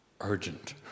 urgent